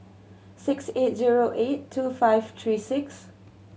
six eight zero eight two five three six